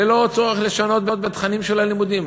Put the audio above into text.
ללא צורך לשנות את התכנים של הלימודים,